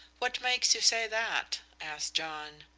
what makes you say that? asked john.